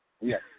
Yes